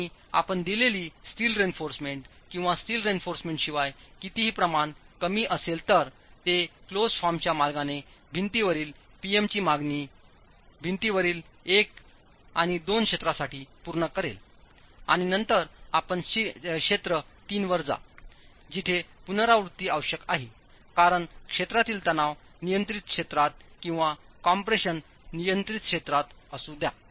आणि आपण दिलेली स्टील रेइन्फॉर्समेंट किंवा स्टील रेइन्फॉर्समेंट शिवाय कितीही प्रमाण कमी असेल तर ते क्लोजड फॉर्मच्या मार्गाने भिंतीवरील P M ची मागणी भिंतीवरील 1 आणि 2 क्षेत्रासाठी पूर्ण करेल आणि नंतर आपण क्षेत्र3 वरजाजिथे पुनरावृत्ती आवश्यक आहे कारण क्षेत्रातील तणाव नियंत्रित क्षेत्रात किंवा कम्प्रेशन नियंत्रित क्षेत्रात असू द्या